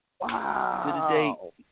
Wow